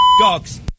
dogs